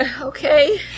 Okay